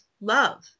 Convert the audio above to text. love